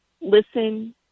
listen